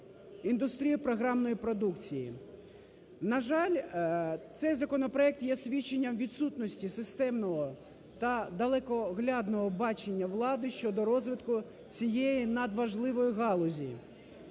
індустрію програмної продукції. На жаль, цей законопроект є свідченням відсутності системного та далекоглядного бачення влади щодо розвитку цієї надважливої галузі.